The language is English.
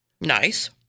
Nice